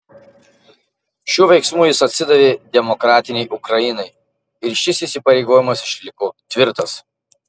šiuo veiksmu jis atsidavė demokratinei ukrainai ir šis įsipareigojimas išliko tvirtas